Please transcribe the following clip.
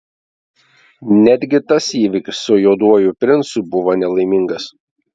netgi tas įvykis su juoduoju princu buvo nelaimingas